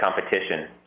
competition